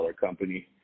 company